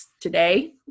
today